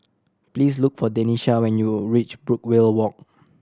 please look for Denisha when you reach Brookvale Walk